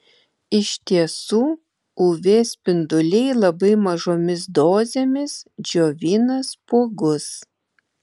iš tiesų uv spinduliai labai mažomis dozėmis džiovina spuogus